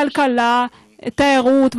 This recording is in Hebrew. הכלכלה והתיירות,